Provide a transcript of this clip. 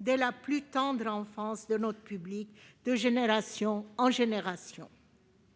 dès la plus tendre enfance de notre public, de génération en génération.